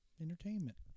entertainment